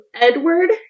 Edward